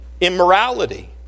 immorality